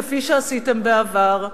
כפי שעשיתם בעבר,